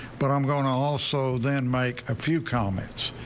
but i'm going also then make a few comments.